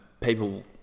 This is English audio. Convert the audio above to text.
people